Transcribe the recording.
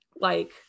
like-